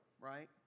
right